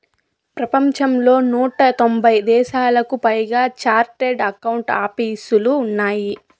ప్రపంచంలో నూట తొంభై దేశాలకు పైగా చార్టెడ్ అకౌంట్ ఆపీసులు ఉన్నాయి